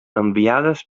enviades